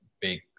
big